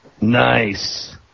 Nice